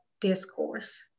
discourse